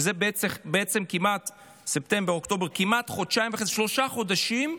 שזה כמעט שלושה חודשים,